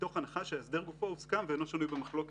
מתוך הנחה שההסדר גופו הוסכם ואינו שנוי במחלוקת.